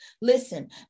Listen